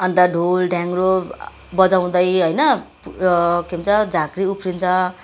अन्त ढोल ढ्या्ङ्गरो बजाउँदै होइन उयो के भन्छ झाँक्री उफ्रिन्छ